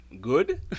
good